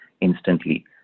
instantly